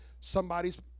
somebody's